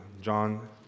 John